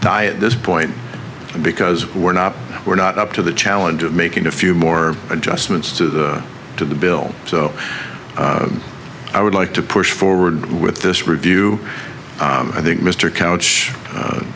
at this point because we're not we're not up to the challenge of making a few more adjustments to the to the bill so i would like to push forward with this review i think mr couch